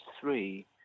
three